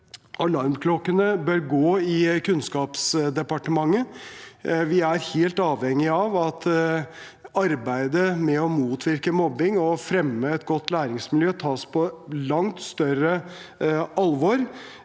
Alarmklokkene bør gå i Kunnskapsdepartementet. Vi er helt avhengig av at arbeidet med å motvirke mobbing og å fremme et godt læringsmiljø tas på langt større alvor,